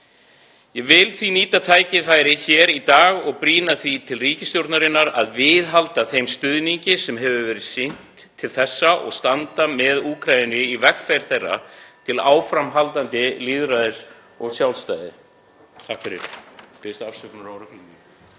Ég vil því nýta tækifærið hér í dag og brýna ríkisstjórnina til að viðhalda þeim stuðningi sem hefur verið sýndur til þessa og standa með Úkraínu í vegferð þeirra til áframhaldandi lýðræðis og sjálfstæðis.